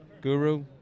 guru